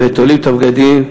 ותולים את הבגדים,